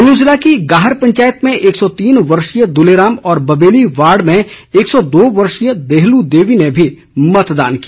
कुल्लू जिले की गाहर पंचायत में एक सौ तीन वर्षीय दूलेराम और बबेली वार्ड में एक सौ दो वर्षीय देहलू देवी ने भी मतदान किया